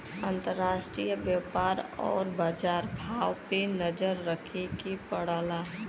अंतराष्ट्रीय व्यापार आउर बाजार भाव पे नजर रखे के पड़ला